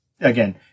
again